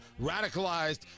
radicalized